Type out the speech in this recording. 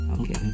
Okay